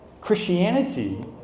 Christianity